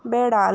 বিড়াল